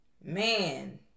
Man